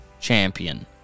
champion